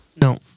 no